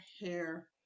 hair